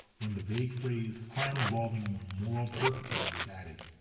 when the vague phrase crime involving um moral turpitude was added.